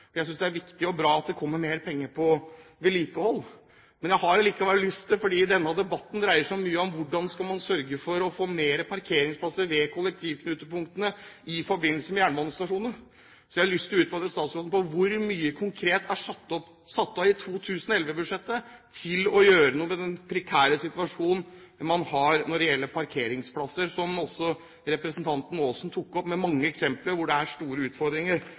Jeg synes det er viktig og bra at det kommer mer penger til vedlikehold. Fordi denne debatten dreier seg mye om hvordan man skal sørge for å få flere parkeringsplasser ved kollektivknutepunktene i forbindelse med jernbanestasjonene, har jeg lyst til å utfordre statsråden på hvor mye konkret det er satt av i 2011-budsjettet for å gjøre noe med den prekære situasjonen man har når det gjelder parkeringsplasser, som også representanten Aasen tok opp – med mange eksempler hvor det er store utfordringer.